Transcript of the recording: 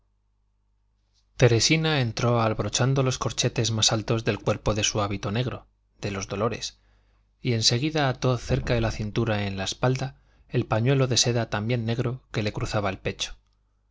teresina entró abrochando los corchetes más altos del cuerpo de su hábito negro de los dolores y en seguida ató cerca de la cintura en la espalda el pañuelo de seda también negro que le cruzaba el pecho